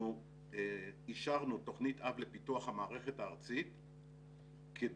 אנחנו אישרנו תוכנית אב לפיתוח המערכת הארצית כדי